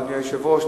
אדוני היושב-ראש,